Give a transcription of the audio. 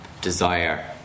desire